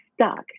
stuck